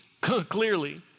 clearly